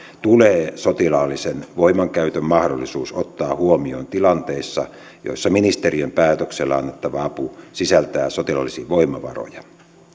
tulee sotilaallisen voimankäytön mahdollisuus ottaa huomioon tilanteissa joissa ministeriön päätöksellä annettava apu sisältää sotilaallisia voimavaroja